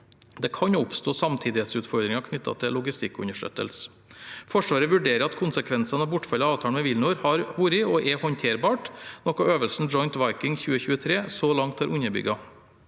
Det kan også oppstå samtidighetsutfordringer knyttet til logistikkunderstøttelse. Forsvaret vurderer at konsekvensene av bortfallet av avtalen med WilNor har vært og er håndterbare, noe øvelsen Joint Viking 2023 så langt har underbygget.